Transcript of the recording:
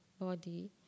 body